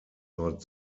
nord